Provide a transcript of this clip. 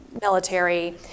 military